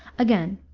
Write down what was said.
again,